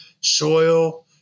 soil